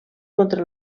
contra